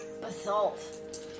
Basalt